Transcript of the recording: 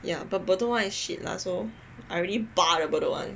ya but bedok [one] is shit lah so I already barred the Bedok one